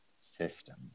system